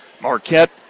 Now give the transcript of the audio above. Marquette